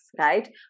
right